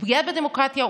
הוא פגיעה בדמוקרטיה,